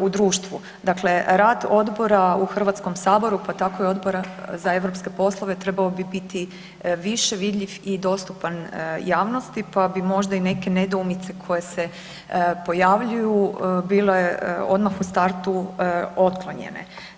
u društvu, dakle rad odbora u Hrvatskom saboru pa tako i Odbora za europske poslove trebao bi biti više vidljiv i dostupan javnosti pa bi možda i neke nedoumice koje se pojavljuju bile odmah u startu otklonjene.